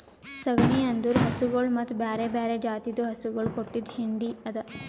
ಸಗಣಿ ಅಂದುರ್ ಹಸುಗೊಳ್ ಮತ್ತ ಬ್ಯಾರೆ ಬ್ಯಾರೆ ಜಾತಿದು ಹಸುಗೊಳ್ ಕೊಟ್ಟಿದ್ ಹೆಂಡಿ ಅದಾ